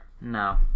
No